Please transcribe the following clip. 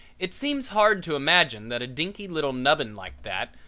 it seems hard to imagine that a dinky little nubbin like that,